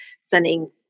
sending